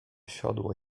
siodło